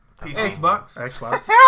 Xbox